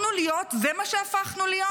זה מה שהפכנו להיות,